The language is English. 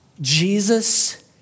Jesus